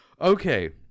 Okay